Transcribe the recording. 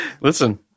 Listen